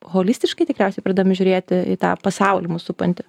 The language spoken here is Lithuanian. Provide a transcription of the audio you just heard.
holistiškai tikriausiai pradėjom žiūrėti į tą pasaulį mus supantį